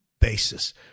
basis